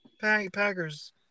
Packers